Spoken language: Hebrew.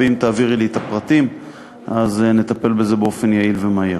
אם תעבירי לי את הפרטים נטפל בזה באופן יעיל ומהיר.